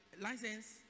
license